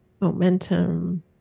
momentum